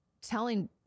telling